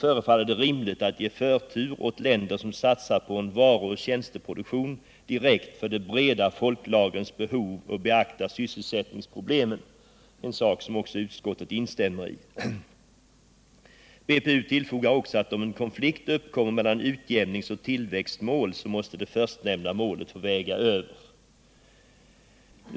förefaller det rimligt att ge förtur åt länder som satsar på en varuoch tjänsteproduktion direkt för de breda folklagrens behov och beaktar sysselsättningsproblemen. Det instämmer också utskottet i. BPU tillfogar också, att om en konflikt uppkommer mellan utjämningsoch tillväxtmål så måste det förstnämnda målet få väga över.